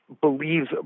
believes